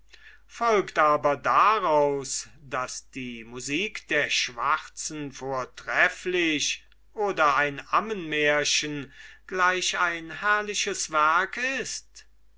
folgt aber daraus daß die musik der schwarzen vortrefflich oder ein ammenmärchen gleich ein herrliches werk ist